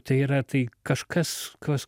tai yra tai kažkas kas